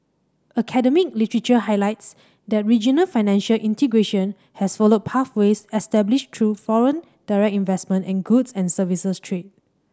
academic literature highlights that regional financial integration has followed pathways established through foreign direct investment and goods and services trade